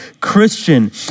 Christian